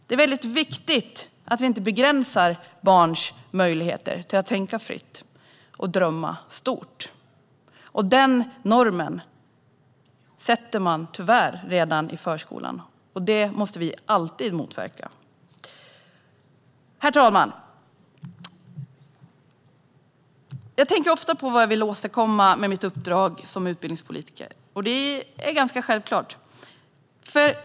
Det är viktigt att vi inte begränsar barns möjligheter att tänka fritt och drömma stort. Dessa normer sätts tyvärr redan i förskolan, och det måste vi alltid motverka. Herr talman! Jag tänker ofta på vad jag vill åstadkomma med mitt uppdrag som utbildningspolitiker, och det är ganska självklart.